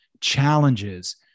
challenges